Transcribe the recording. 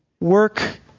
work